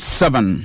seven